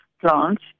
plants